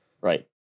Right